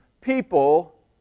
people